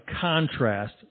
contrast